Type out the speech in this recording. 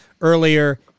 earlier